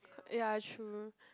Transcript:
ya true